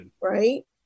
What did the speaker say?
Right